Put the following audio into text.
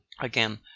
Again